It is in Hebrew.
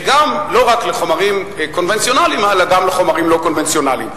וגם לא רק מחומרים קונבנציונליים אלא גם מחומרים לא קונבנציונליים.